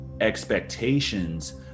expectations